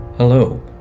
Hello